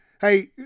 hey